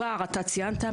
אתה ציינת,